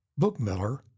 Bookmiller